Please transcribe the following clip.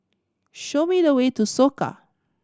show me the way to Soka